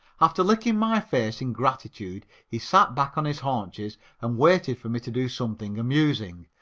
after licking my face in gratitude he sat back on his haunches and waited for me to do something amusing.